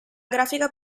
grafica